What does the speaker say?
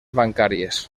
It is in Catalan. bancàries